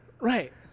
Right